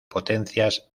potencias